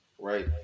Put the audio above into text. right